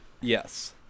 Yes